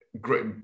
great